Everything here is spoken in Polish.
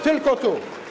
Tylko tu.